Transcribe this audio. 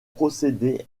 procéder